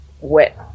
wet